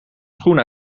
schoen